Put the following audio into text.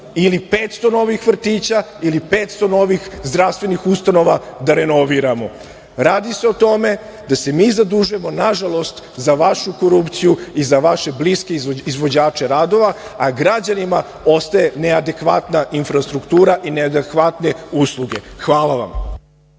ili 500 novih vrtića ili 500 novih zdravstvenih ustanova da renoviramo. Radi se o tome da se mi zadužujemo, nažalost za vašu korupciju i za vaše bliske izvođače radova, a građanima ostaje neadekvatna infrastruktura i neadekvatne usluge. Hvala vam.